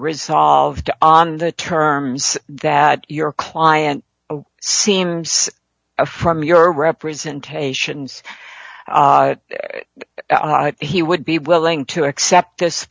resolved on the terms that your client seems from your representations he would be willing to accept this